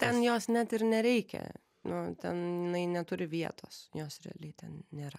ten jos net ir nereikia nu ten jinai neturi vietos jos realiai ten nėra